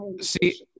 See